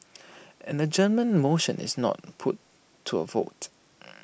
an adjournment motion is not put to A vote